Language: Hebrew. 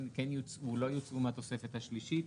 כן ייצאו, לא ייצאו מהתוספת השלישית.